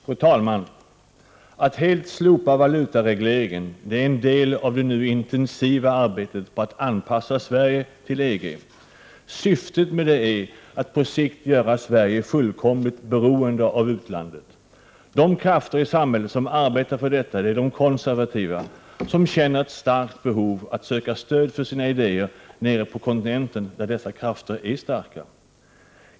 Fru talman! Att helt slopa valutaregleringen är en del av det nu intensiva arbetet med att anpassa Sverige till EG. Syftet med detta är att på sikt göra Sverige fullkomligt beroende av utlandet. De krafter i samhället som arbetar för detta är de konservativa, som känner ett starkt behov av att söka stöd för sina idéer nere på kontinenten där dessa krafter är starka.